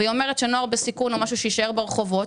והיא אומרת שנוער בסיכון או משהו יישאר ברחובות,